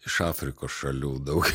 iš afrikos šalių daug